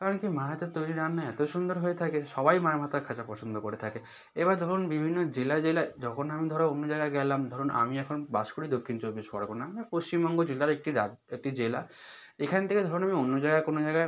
কারণ কী মার হাতে তৈরি করা রান্না এত সুন্দর হয়ে থাকে যে সবাই মাছের মাথা খেতে পছন্দ করে থাকে এবার ধরুন বিভিন্ন জেলায় জেলায় যখন আমি ধর অন্য জায়গায় গেলাম ধরুন আমি এখন বাস করি দক্ষিণ চব্বিশ পরগনায় এবার পশ্চিমবঙ্গ জেলার একটি রাজ একটি জেলা এখান থেকে ধরুন আমি অন্য জায়গায় কোনো জায়গায়